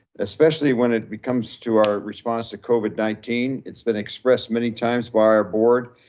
especially when it but comes to our response to covid nineteen. it's been expressed many times by our board,